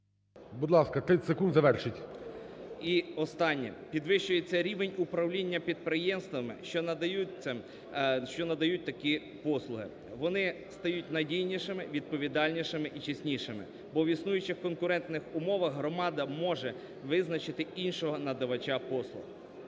Будь ласка, 30 секунд. Завершіть. РИБАК І.П. І останнє. Підвищується рівень управління підприємствами, що надають такі послуги. Вони стають надійнішими, відповідальнішими і чеснішими. Бо в існуючих конкурентних умовах громада може визначити іншого надавача послуг.